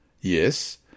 Yes